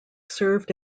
served